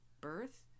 birth